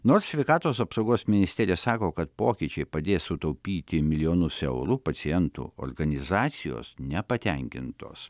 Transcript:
nors sveikatos apsaugos ministerija sako kad pokyčiai padės sutaupyti milijonus eurų pacientų organizacijos nepatenkintos